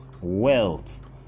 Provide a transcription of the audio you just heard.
wealth